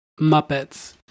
Muppets